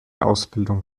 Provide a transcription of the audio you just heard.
ausbildung